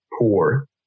poor